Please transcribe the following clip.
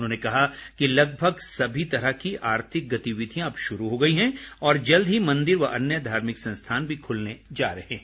उन्होंने कहा कि लगभग सभी तरह की आर्थिक गतिविधियां अब शुरू हो गई हैं और जल्द ही मंदिर व अन्य धार्मिक संस्थान भी ख्लने जा रहे हैं